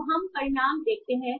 तो हम परिणाम देखते हैं